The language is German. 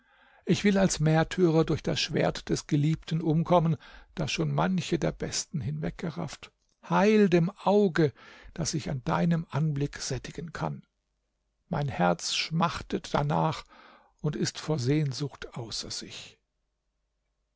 ich will als märtyrer durch das schwert des geliebten umkommen das schon manche der besten hinweggerafft heil dem auge das sich an deinem anblick sättigen kann mein herz schmachtet darnach und ist vor sehnsucht außer sich